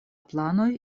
planoj